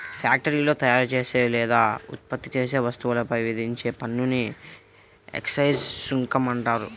ఫ్యాక్టరీలో తయారుచేసే లేదా ఉత్పత్తి చేసే వస్తువులపై విధించే పన్నుని ఎక్సైజ్ సుంకం అంటారు